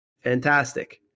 Fantastic